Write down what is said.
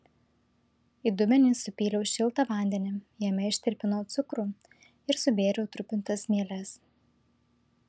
į dubenį supyliau šiltą vandenį jame ištirpinau cukrų ir subėriau trupintas mieles